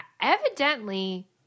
evidently